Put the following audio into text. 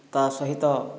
ତା ସହିତ